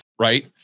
right